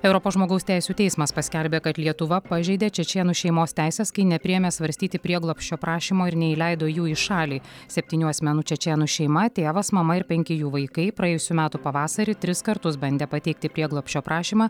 europos žmogaus teisių teismas paskelbė kad lietuva pažeidė čečėnų šeimos teises kai nepriėmė svarstyti prieglobsčio prašymo ir neįleido jų į šalį septynių asmenų čečėnų šeima tėvas mama ir penki jų vaikai praėjusių metų pavasarį tris kartus bandė pateikti prieglobsčio prašymą